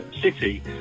city